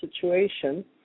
situation